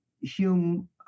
Hume